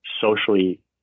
socially